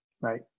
Right